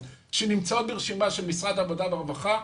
שנמצאות ברשימה של משרד העבודה והרווחה,